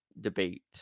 debate